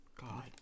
god